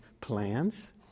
plans